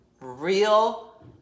Real